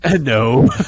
No